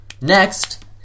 next